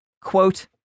Quote